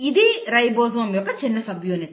ఇది రైబోజోమ్ యొక్క చిన్న సబ్యూనిట్